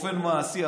באופן מעשי,